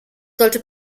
sollte